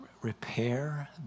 repair